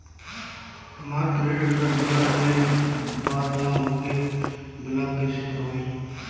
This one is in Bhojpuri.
हमार क्रेडिट कार्ड भुला गएल बा त ओके ब्लॉक कइसे करवाई?